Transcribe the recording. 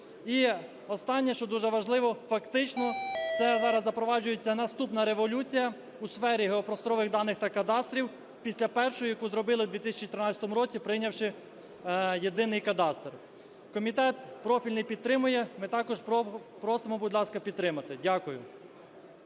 І останнє, що дуже важливо, фактично це зараз запроваджується наступна революція у сфері геопросторових даних та кадастрів після першої, яку зробили в 2013 році, прийнявши єдиний кадастр. Комітет профільний підтримує. Ми також просимо, будь ласка, підтримати. Дякую.